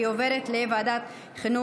והיא עוברת לוועדת החינוך,